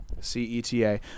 C-E-T-A